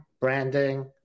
branding